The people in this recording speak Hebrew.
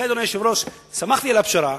לכן, אדוני היושב-ראש, שמחתי על הפשרה,